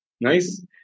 Nice